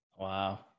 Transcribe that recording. Wow